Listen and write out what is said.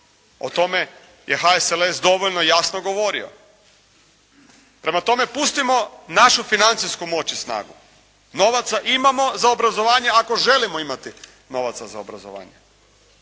O tome je HSLS dovoljno jasno govorio. Prema tome, pustimo našu financijsku moć i snagu. Novaca imamo za obrazovanje ako želimo imati novaca za obrazovanje,